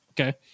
Okay